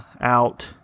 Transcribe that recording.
out